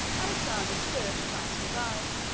alexander stood quietly by,